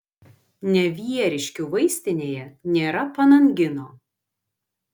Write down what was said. nevieriškių vaistinėje nėra panangino